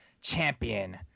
champion